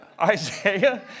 Isaiah